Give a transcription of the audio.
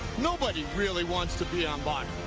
nobody really wants to be on. but